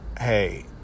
hey